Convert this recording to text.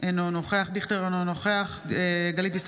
אינו נוכח משה גפני,